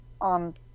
on